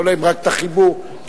יכולים רק את החיבור למקום.